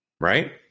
Right